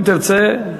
אם תרצה,